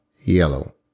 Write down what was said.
yellow